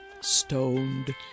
Stoned